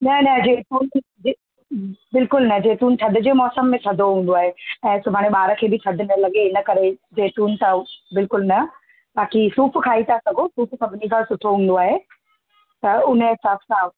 न न जैतून बि जे बिल्कुलु न जैतून थधि जे मौसम में थधो हूंदो आहे ऐं सुभाणे ॿार खे बि थधि न लॻे इनकरे जैतून त बिल्कुलु न बाक़ी सूफ़ु खाई था सघो सूफ़ु सभिनी खां सुठो हूंदो आहे त हुन हिसाब सां